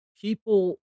People